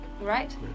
Right